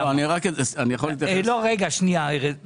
באני-לא-יודע-מה.